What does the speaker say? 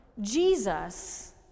Jesus